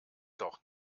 doch